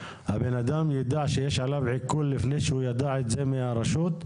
שהאדם ידע שיש עליו עיקול לפני שהוא ידע את זה מהרשות?